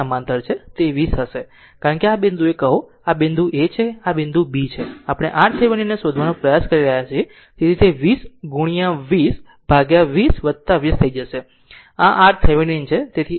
તેથી તે 20 હશે કારણ કે આ બિંદુએ કહો આ બિંદુ A છે આ બિંદુ B છે આપણે RTheveninને શોધવાનો પ્રયાસ કરી રહ્યા છીએ તેથી તે 20 ગુણ્યા 20 ભાગ્યા 20 20 થઈ જશે આ RThevenin છે